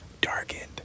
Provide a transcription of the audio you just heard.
darkened